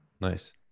nice